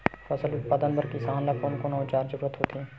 फसल उत्पादन बर किसान ला कोन कोन औजार के जरूरत होथे?